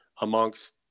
amongst